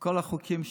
כל החוקים שרציתם,